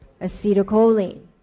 Acetylcholine